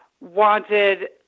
wanted